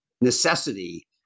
necessity